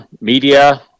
media